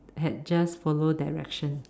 had just follow direction